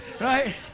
right